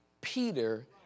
Peter